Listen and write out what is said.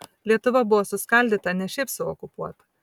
lietuva buvo suskaldyta ne šiaip sau okupuota